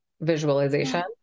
visualization